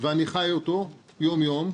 ואני חי אותו יום יום,